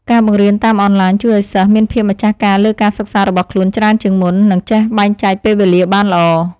ការបង្រៀនតាមអនឡាញជួយឱ្យសិស្សមានភាពម្ចាស់ការលើការសិក្សារបស់ខ្លួនច្រើនជាងមុន និងចេះបែងចែកពេលវេលាបានល្អ។